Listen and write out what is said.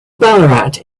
ballarat